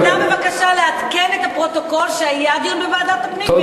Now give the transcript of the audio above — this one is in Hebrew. אז בבקשה לעדכן את הפרוטוקול שהיה דיון בוועדת הפנים,